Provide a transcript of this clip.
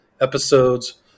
episodes